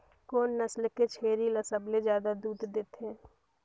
कोन नस्ल के छेरी ल सबले ज्यादा दूध देथे?